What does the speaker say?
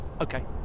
Okay